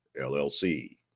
LLC